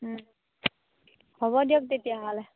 হ'ব দিয়ক তেতিয়াহ'লে